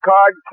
Card